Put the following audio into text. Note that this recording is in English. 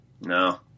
No